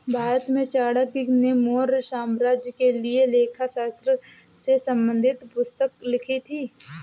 भारत में चाणक्य ने मौर्य साम्राज्य के लिए लेखा शास्त्र से संबंधित पुस्तक लिखी थी